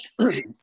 right